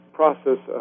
process